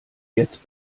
jetzt